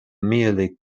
merely